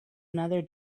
another